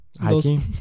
Hiking